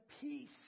peace